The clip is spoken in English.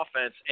offense